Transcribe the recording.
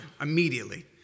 immediately